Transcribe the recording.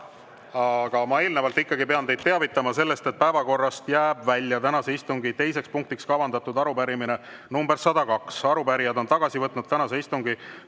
Aga eelnevalt pean ma teid teavitama sellest, et päevakorrast jääb välja tänase istungi teiseks punktiks kavandatud arupärimine nr 102 ja arupärijad on tagasi võtnud tänase istungi